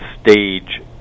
stage